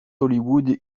hollywood